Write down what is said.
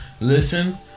listen